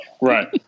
Right